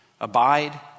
Abide